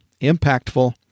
impactful